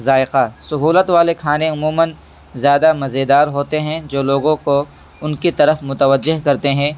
ذائقہ سہولت والے کھانے عموماً زیادہ مزیدار ہوتے ہیں جو لوگوں کو ان کی طرف متوجہ کرتے ہیں